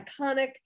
iconic